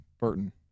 Burton